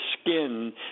skin